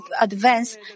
advance